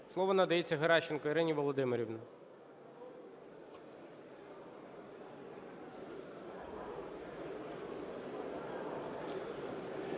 Слово надається Геращенко Ірині Володимирівні.